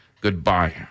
Goodbye